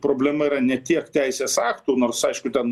problema yra ne tiek teisės aktų nors aišku ten